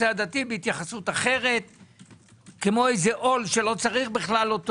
הדתי בהתייחסות אחרת כמו איזה עול שלא צריך אותו בכלל,